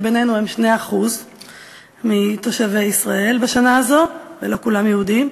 שבינינו הם 2% מתושבי ישראל בשנה הזו ולא כולם יהודים?